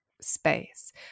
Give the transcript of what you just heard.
space